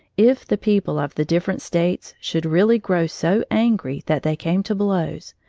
if the people of the different states should really grow so angry that they came to blows,